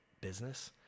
business